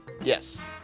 Yes